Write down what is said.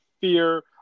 fear